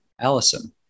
Allison